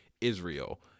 Israel